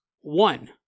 One